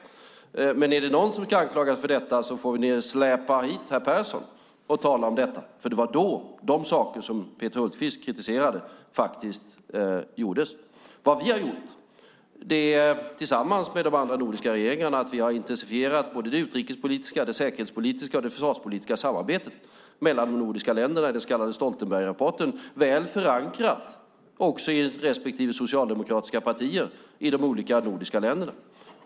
Om det är någon som ska anklagas för det får ni nog släpa hit herr Persson och diskutera frågan, för det var under hans regering som de saker som Peter Hultqvist kritiserar infördes. Vi har tillsammans med de andra nordiska regeringarna intensifierat det utrikespolitiska, det säkerhetspolitiska och det försvarspolitiska samarbetet mellan de nordiska länderna i den så kallade Stoltenbergrapporten, väl förankrad också i de socialdemokratiska partierna i de nordiska länderna.